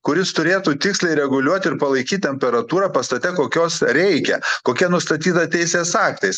kuris turėtų tiksliai reguliuot ir palaikyt temperatūrą pastate kokios reikia kokia nustatyta teisės aktais